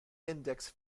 index